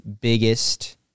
biggest